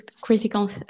critical